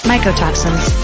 Mycotoxins